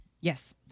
Yes